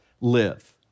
live